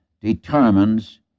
determines